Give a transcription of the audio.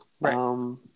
Right